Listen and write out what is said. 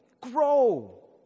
Grow